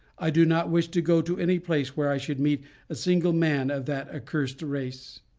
i do not wish to go to any place where i should meet a single man of that accursed race.